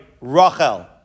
Rachel